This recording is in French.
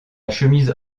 chemise